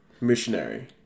missionary